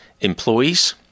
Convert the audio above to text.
employees